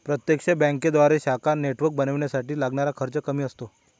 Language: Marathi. प्रत्यक्ष बँकेद्वारे शाखा नेटवर्क बनवण्यासाठी लागणारा खर्च कमी असतो